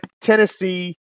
Tennessee